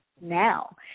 now